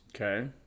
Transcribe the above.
Okay